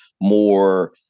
more